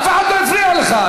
אף אחד לא הפריע לך.